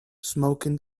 smoking